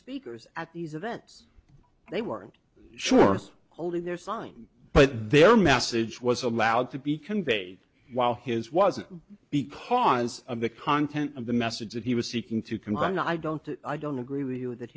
speakers at these events they weren't sure holding their sign but their message was allowed to be conveyed while his was because of the content of the message that he was seeking to confine i don't i don't agree with you that